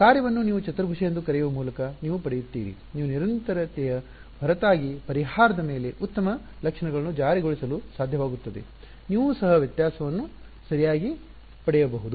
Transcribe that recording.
ಕಾರ್ಯವನ್ನು ನೀವು ಚತುರ್ಭುಜ ಎಂದು ಕರೆಯುವ ಮೂಲಕ ನೀವು ಪಡೆಯುತ್ತೀರಿ ನೀವು ನಿರಂತರತೆಯ ಹೊರತಾಗಿ ಪರಿಹಾರದ ಮೇಲೆ ಉತ್ತಮ ಗುಣಲಕ್ಷಣಗಳನ್ನು ಜಾರಿಗೊಳಿಸಲು ಸಾಧ್ಯವಾಗುತ್ತದೆ ನೀವು ಸಹ ವ್ಯತ್ಯಾಸವನ್ನು ಸರಿಯಾಗಿ ಪಡೆಯಬಹುದು